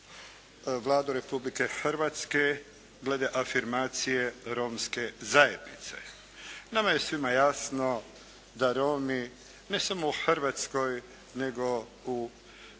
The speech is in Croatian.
Vladu Republike Hrvatske glede afirmacije Romske zajednice. Nama je svima jasno da Romi ne samo u Hrvatskoj nego u gotovo